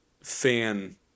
fan